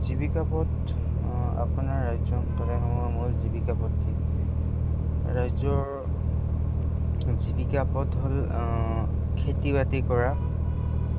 জীৱিক পথ আপোনাৰ ৰাজ্য মূল জীৱিকা ৰাজ্যৰ জীৱিকা পথ হ'ল খেতি বাতি কৰা